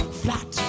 flat